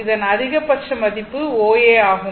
இதன் அதிகபட்ச மதிப்பு OA ஆகும்